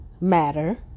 matter